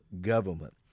government